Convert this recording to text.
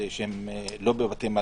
למסעדות שלא בבתי מלון.